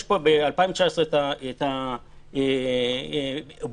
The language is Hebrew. ב-2019 יש את הבולטים.